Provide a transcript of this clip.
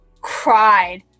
cried